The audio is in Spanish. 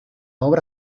obra